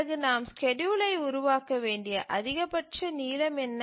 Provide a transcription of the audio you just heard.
பிறகு நாம் ஸ்கேட்யூலை உருவாக்க வேண்டிய அதிகபட்ச நீளம் என்ன